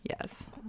Yes